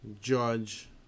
Judge